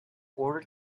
order